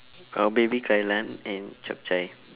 uh baby kai-lan and chap-chye